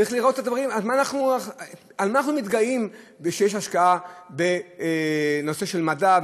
צריך לראות את הדברים: על מה אנחנו מתגאים שיש השקעה בנושא של מדע,